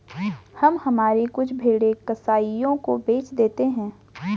हम हमारी कुछ भेड़ें कसाइयों को बेच देते हैं